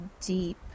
deep